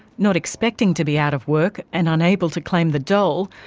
not expecting to be out of work and unable to claim the dole,